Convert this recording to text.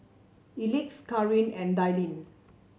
Elex Kareen and Dallin